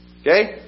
Okay